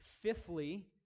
Fifthly